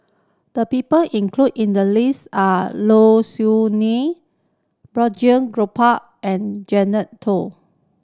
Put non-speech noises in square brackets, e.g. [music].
the people include in the list are Low Siew Nghee Balraj Gopal and Joel [unintelligible]